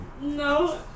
no